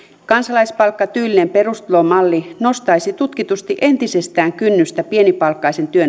kansalaispalkkatyylinen perustulomalli nostaisi tutkitusti entisestään kynnystä pienipalkkaisen työn